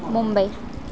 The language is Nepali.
मुम्बई